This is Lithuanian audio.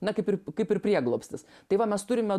na kaip ir kaip ir prieglobstis tai va mes turime